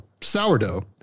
sourdough